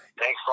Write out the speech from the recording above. Thanks